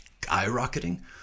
skyrocketing